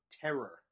terror